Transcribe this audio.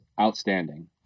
outstanding